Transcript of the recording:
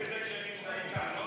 תגיד את זה כשהם נמצאים כאן,